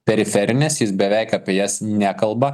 periferinės jis beveik apie jas nekalba